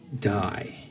die